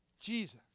Jesus